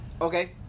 Okay